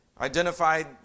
identified